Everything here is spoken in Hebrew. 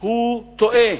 טועה.